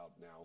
now